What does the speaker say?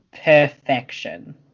perfection